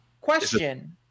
Question